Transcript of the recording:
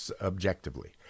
objectively